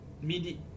Midi